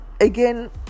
again